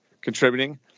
contributing